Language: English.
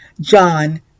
john